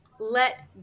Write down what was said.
let